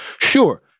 sure